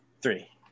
Three